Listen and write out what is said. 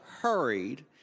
hurried